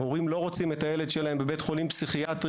הורים לא רוצים את הילד שלהם בבית חולים פסיכיאטרי.